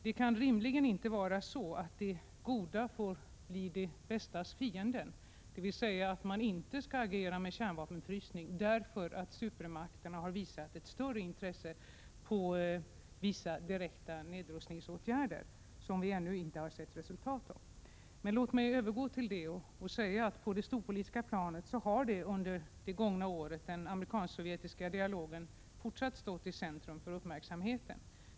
Det kan rimligen inte vara så att det goda får bli det bästas fiende, dvs. att man inte skall agera genom kärnvapenfrysning därför att supermakterna har visat ett större intresse för vissa direkta nedrustningsåtgärder som vi ännu inte har sett resultatet av. Herr talman! Låt mig nu övergå till att säga att på det storpolitiska planet hår under det gångna året den amerikansk-sovjetiska dialogen fortsatt att stå i centrum för uppmärksamheten.